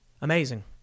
Amazing